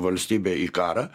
valstybę į karą